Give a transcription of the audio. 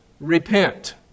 repent